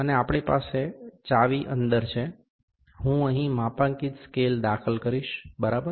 અને આપણી પાસે ચાવી અંદર છે હું અહીં માપાંકિત સ્કેલ દાખલ કરીશ બરાબર